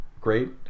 great